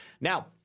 Now